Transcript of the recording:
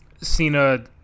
Cena